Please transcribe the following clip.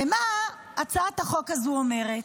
ומה הצעת החוק הזו אומרת?